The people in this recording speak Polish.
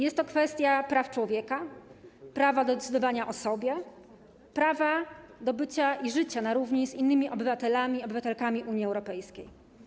Jest to kwestia praw człowieka, prawa do decydowania o sobie, prawa do bycia i życia na równi z innymi obywatelami, obywatelkami Unii Europejskiej.